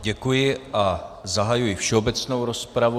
Děkuji a zahajuji všeobecnou rozpravu.